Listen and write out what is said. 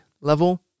level